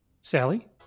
Sally